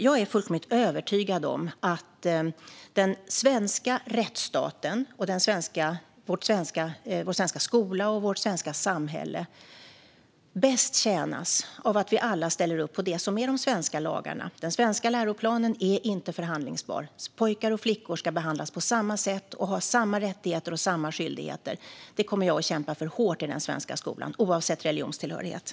Jag är fullkomligt övertygad om att den svenska rättsstaten, vår svenska skola och vårt svenska samhälle bäst tjänas av att vi alla ställer upp på det som är de svenska lagarna. Den svenska läroplanen är inte förhandlingsbar. Pojkar och flickor ska behandlas på samma sätt och ha samma rättigheter och samma skyldigheter. Det kommer jag att kämpa för hårt i den svenska skolan oavsett religionstillhörigheter.